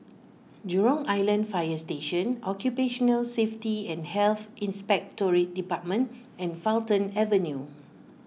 Jurong Island Fire Station Occupational Safety and Health Inspectorate Department and Fulton Avenue